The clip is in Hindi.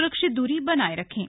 सुरक्षित दूरी बनाए रखें